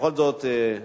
בכל זאת, נכון,